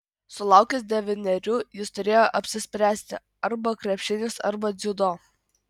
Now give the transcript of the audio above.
sulaukęs devynerių jis turėjo apsispręsti arba krepšinis arba dziudo